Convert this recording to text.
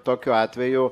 tokiu atveju